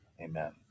Amen